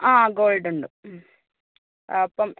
ആ ഗോൾഡുണ്ട് അപ്പം